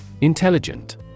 Intelligent